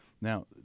Now